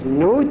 no